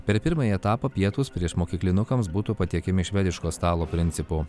per pirmąjį etapą pietūs priešmokyklinukams būtų patiekiami švediško stalo principu